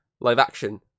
live-action